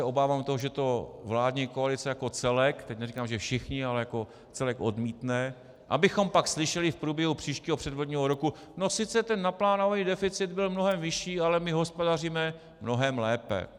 Obávám se toho, že to vládní koalice jako celek, neříkám že všichni, ale jako celek odmítne, abychom pak slyšeli v průběhu příštího předvolebního roku: no sice ten naplánovaný deficit byl mnohem vyšší, ale my hospodaříme mnohem lépe.